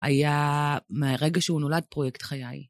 היה מרגע שהוא נולד פרויקט חיי.